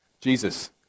Jesus